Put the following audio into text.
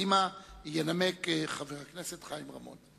ינמק חבר הכנסת חיים רמון.